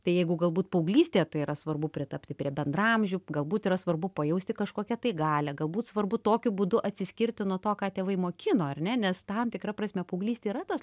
tai jeigu galbūt paauglystėje tai yra svarbu pritapti prie bendraamžių galbūt yra svarbu pajausti kažkokią tai galią galbūt svarbu tokiu būdu atsiskirti nuo to ką tėvai mokino ar ne nes tam tikra prasme paauglystė yra tas